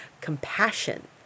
compassion